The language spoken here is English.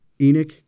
Enoch